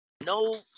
no